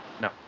No